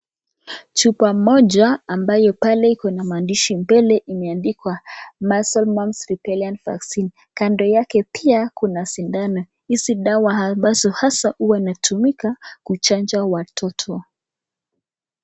Chupa moja ambayo pale iko na maandishi mbele imeandikwa measles mumps Rubella vaccine kando yake pia kuna sindano . Hizi dawa ambazo hasa hutumika kuchanja watoto.